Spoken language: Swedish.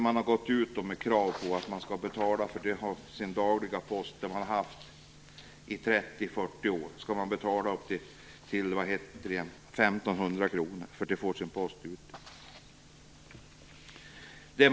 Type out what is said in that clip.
Man har gått ut med krav på att man skall betala upp till 1 500 kr för att få sin dagliga post utdelad som man fått i 30,40 år.